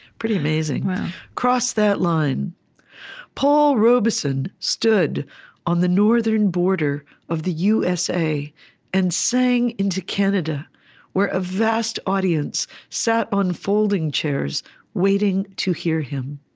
pretty amazing wow cross that line paul robeson stood on the northern border of the usa and sang into canada where a vast audience sat on folding chairs waiting to hear him.